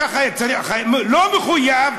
לא מחויב,